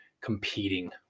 competing